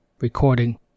Recording